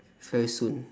very soon